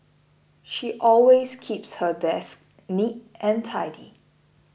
she always keeps her desk neat and tidy